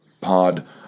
pod